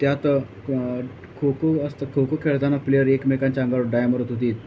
त्यात क खो खो असतं खो खो खेळताना प्लेयर एकमेकांच्या अंगावर डाय मारत होती